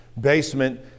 basement